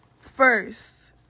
first